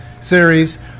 series